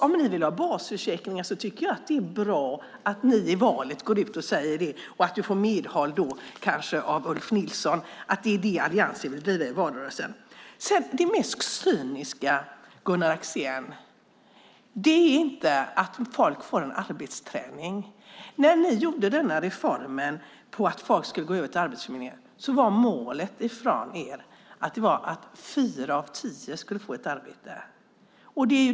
Om ni vill ha basförsäkringar tycker jag att det är bra om ni inför valet går ut och säger det och att ni då får medhåll kanske av Ulf Nilsson om att det är det Alliansen vill driva i valrörelsen. Det mest cyniska, Gunnar Axén, är inte att folk får en arbetsträning. När ni genomförde reformen att folk skulle gå över till Arbetsförmedlingen var ert mål att fyra av tio skulle få ett arbete.